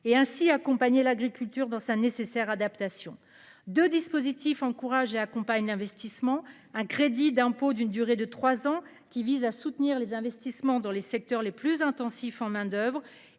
et ainsi accompagner l'agriculture dans sa nécessaire adaptation de dispositifs encourage et accompagne l'investissement un crédit d'impôt d'une durée de 3 ans qui vise à soutenir les investissements dans les secteurs les plus intensifs en main-d'oeuvre